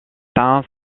tint